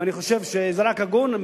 ואני חושב שזה רק הגון.